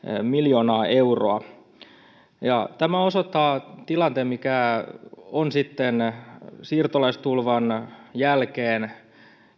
miljoonaa euroa tämä osoittaa tilanteen mikä on siirtolaistulvan jälkeen